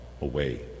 away